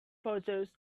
photos